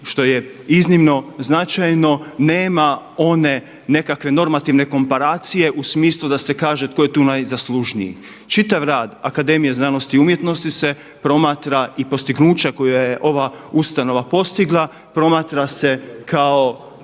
što je iznimno značajno nema one nekakve normativne komparacije u smislu da se kaže tko je tu najzaslužniji. Čitav rad HAZU se promatra i postignuća koja je ova ustanova postigla, promatra se kao